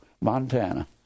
Montana